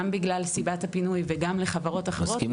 גם בגלל סיבת הפינוי וגם לחברות אחרות --- מסכים איתך.